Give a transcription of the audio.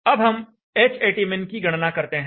अब हम Hatmin की गणना करते हैं